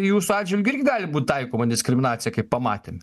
jūsų atžvilgiu irgi gali būt taikoma diskriminacija kai pamatėm